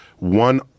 one